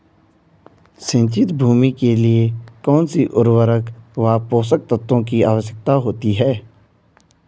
सिंचित भूमि के लिए कौन सी उर्वरक व पोषक तत्वों की आवश्यकता होती है?